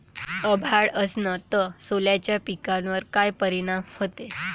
अभाळ असन तं सोल्याच्या पिकावर काय परिनाम व्हते?